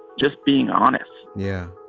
just being honest yeah,